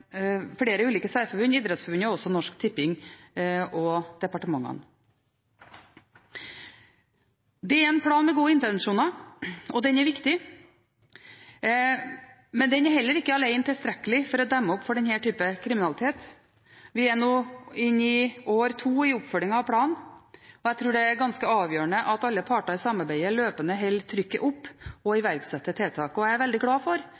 Norsk Tipping og departementene. Det er en plan med gode intensjoner, og den er viktig, men den er heller ikke alene tilstrekkelig for å demme opp for denne typen kriminalitet. Vi er nå inne i år to i oppfølgingen av planen, og jeg tror det er ganske avgjørende at alle parter i samarbeidet løpende holder trykket oppe og iverksetter tiltak. Jeg er veldig glad for